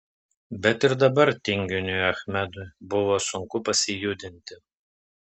bet ir dabar tinginiui achmedui buvo sunku pasijudinti